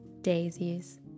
daisies